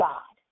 God